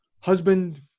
husband